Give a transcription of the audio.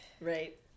Right